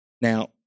Now